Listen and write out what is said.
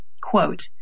quote